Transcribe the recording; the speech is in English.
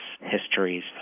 histories